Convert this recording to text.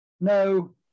no